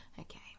Okay